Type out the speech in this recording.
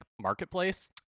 marketplace